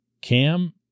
Cam